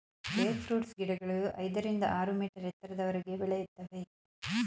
grape fruits ಗಿಡಗಳು ಐದರಿಂದ ಆರು ಮೀಟರ್ ಎತ್ತರದವರೆಗೆ ಬೆಳೆಯುತ್ತವೆ